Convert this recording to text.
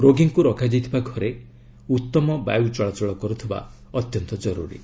ରୋଗୀଙ୍କୁ ରଖାଯାଇଥିବା ଘରେ ଉତ୍ତମ ବାୟୁ ଚଳାଚଳ କରୁଥିବା ଅତ୍ୟନ୍ତ ଜରୁରୀ